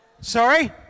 Sorry